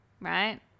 right